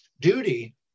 duty